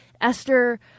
Esther